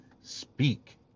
speak